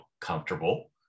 comfortable